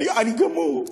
אני גמור.